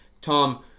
Tom